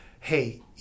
hey